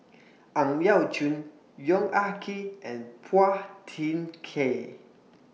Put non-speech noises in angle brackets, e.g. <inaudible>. Ang Yau Choon Yong Ah Kee and Phua Thin <noise> Kiay